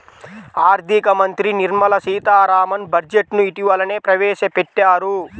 ఆర్ధిక మంత్రి నిర్మలా సీతారామన్ బడ్జెట్ ను ఇటీవలనే ప్రవేశపెట్టారు